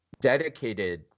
dedicated